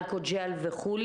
אלכוג'ל וכו'.